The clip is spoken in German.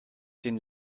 den